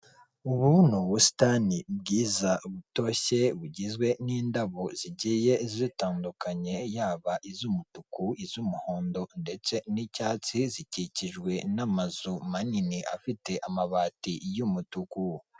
Ubu ni ubusitani bwiza butoshye bugizwe n'indabo zigiye zitandukanye yaba iz'umutuku, iz'umuhondo ndetse n'icyatsi zikikijwe n'amazu manini afite amabati y'umutuku.